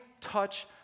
touch